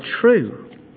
true